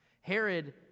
Herod